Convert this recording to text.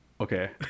okay